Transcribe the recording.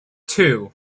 two